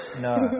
no